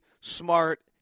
smart